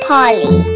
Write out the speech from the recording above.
Polly